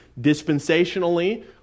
dispensationally